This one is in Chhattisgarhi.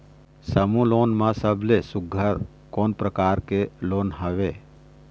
समूह लोन मा सबले सुघ्घर कोन प्रकार के लोन हवेए?